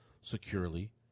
securely